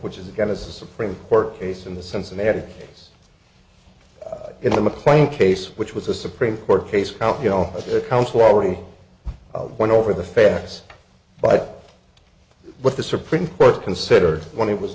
which is again a supreme court case in the cincinnati it's in the mclean case which was a supreme court case count you know a council already went over the facts but what the supreme court considered when he was